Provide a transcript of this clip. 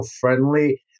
friendly